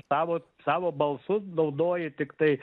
savo savo balsu naudoji tiktai